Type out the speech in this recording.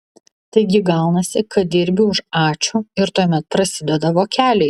taigi gaunasi kad dirbi už ačiū ir tuomet prasideda vokeliai